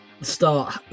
start